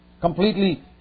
Completely